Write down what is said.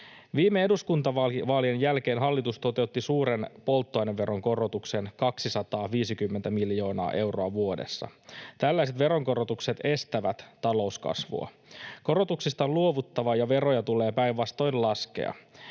Viime eduskuntavaalien jälkeen hallitus toteutti suuren polttoaineveronkorotuksen, 250 miljoonaa euroa vuodessa. Tällaiset veronkorotukset estävät talouskasvua. Korotuksista on luovuttava, ja veroja tulee päinvastoin laskea.